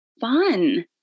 fun